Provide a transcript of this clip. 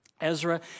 Ezra